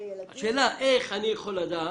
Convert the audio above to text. השאלה איך אני יכול לדעת,